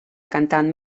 cantant